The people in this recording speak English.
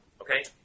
Okay